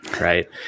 right